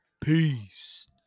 Peace